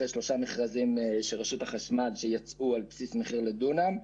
אחרי שלושה מכרזים של רשות החשמל שיצאו על בסיס מחיר לדונם,